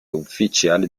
ufficiali